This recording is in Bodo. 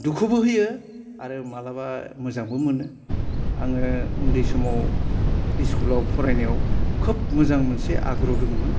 दुखुबो होयो आरो मालाबा मोजांबो मोनो आङो उन्दै समाव इस्कुलाव फरायनायाव खोब मोजां मोनसे आग्र' दंमोन